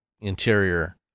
interior